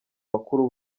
bakuru